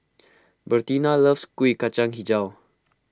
Bertina loves Kuih Kacang HiJau